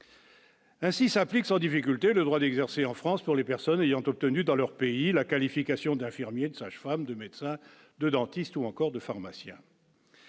Ainsi s'applique sans difficulté le droit d'exercer en France pour les personnes ayant obtenu dans leur pays, la qualification d'infirmiers, de sages-femmes de médecins de dentistes ou encore de pharmacien.